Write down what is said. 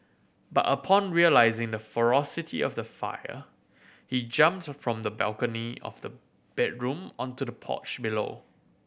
but upon realising the ferocity of the fire he jumped from the balcony of the bedroom onto the porch below